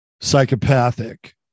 psychopathic